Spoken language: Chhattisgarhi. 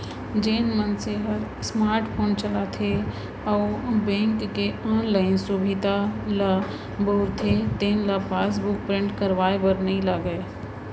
जेन मनसे हर स्मार्ट फोन चलाथे अउ बेंक के ऑनलाइन सुभीता ल बउरथे तेन ल पासबुक प्रिंट करवाए बर नइ लागय